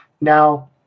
Now